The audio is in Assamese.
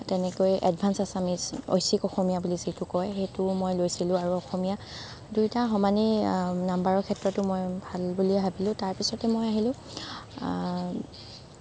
কিন্তু তাৰ পিছত লাহে লাহে মই যেতিয়া এডভান্স আসামিছ ঐচ্ছিক অসমীয়া যিটো কয় সেইটোও মই লৈছিলোঁ আৰু অসমীয়া দুয়োটা সমানেই নাম্বাৰৰ ক্ষেত্ৰতো মই ভাল বুলিয়েই ভাবিলোঁ তাৰপিছত মই আহিলোঁ